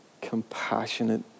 compassionate